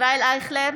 ישראל אייכלר,